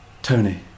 Tony